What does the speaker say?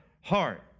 heart